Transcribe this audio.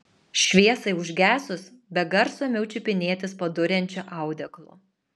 šviesai užgesus be garso ėmiau čiupinėtis po duriančiu audeklu